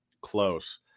close